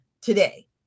today